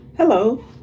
Hello